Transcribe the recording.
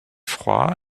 froid